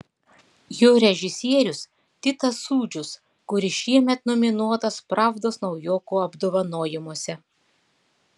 jo režisierius titas sūdžius kuris šiemet nominuotas pravdos naujokų apdovanojimuose